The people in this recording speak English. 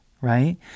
right